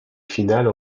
finale